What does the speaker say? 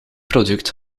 product